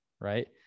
right